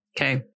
Okay